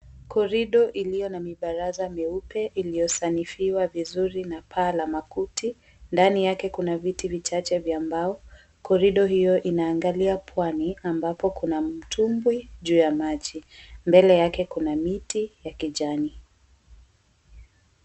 Korido iliyo na mibaraza mieupe iliyosanifiwa vizuri na paa la makuti ndani yake kuna viti vichache vya mbao korido hiyo ina angalia pwani ambapo kuna mtumbwi juu ya maji, mbele yake kuna mti ya kijani.